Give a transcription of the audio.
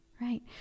right